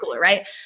Right